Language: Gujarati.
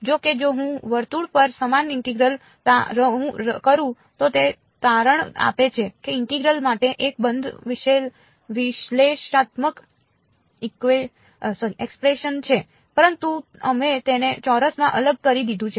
જો કે જો હું વર્તુળ પર સમાન ઇન્ટિગ્રલ તા કરું તો તે તારણ આપે છે કે ઇન્ટિગરલ માટે એક બંધ વિશ્લેષણાત્મક એક્સપ્રેશન છે પરંતુ અમે તેને ચોરસમાં અલગ કરી દીધું છે